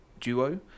Duo